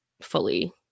fully